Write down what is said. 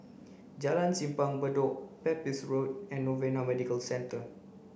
Jalan Simpang Bedok Pepys Road and Novena Medical Centre